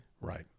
right